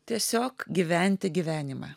tiesiog gyventi gyvenimą